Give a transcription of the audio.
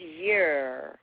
year